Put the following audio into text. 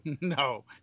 no